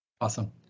Awesome